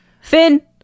Finn